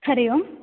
हरिः ओम्